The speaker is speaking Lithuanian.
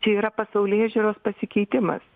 čia yra pasaulėžiūros pasikeitimas